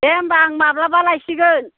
दे होमबा आं माब्लाबा लायसिगोन